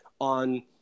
on